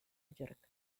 york